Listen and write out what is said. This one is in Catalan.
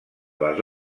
les